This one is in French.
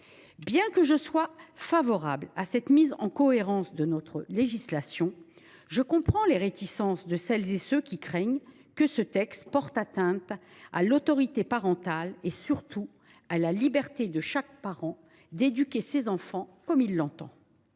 Bien que je sois favorable à la mise en cohérence de notre législation, je comprends les réticences de celles et ceux qui craignent que le texte porte atteinte à l’autorité parentale, et surtout à la liberté de chaque parent d’éduquer ses enfants comme il l’entend.